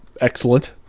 Excellent